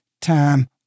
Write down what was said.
time